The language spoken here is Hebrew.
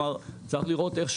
צריך לראות איך,